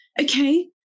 okay